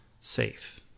safe